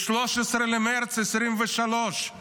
ב-13 במרץ 2023 היה